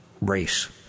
race